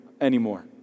anymore